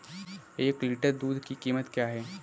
एक लीटर दूध की कीमत क्या है?